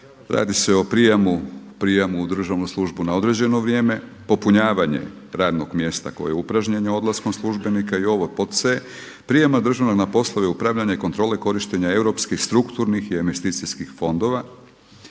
radi se o prijemu u državnu službu na određeno vrijeme, popunjavanje radnog mjesta koje je upražnjeno odlaskom službenika i ovo pod c prijema … na poslove upravljanja kontrole korištenja europskih strukturnih i investicijskih fondova,